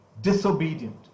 disobedient